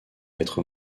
être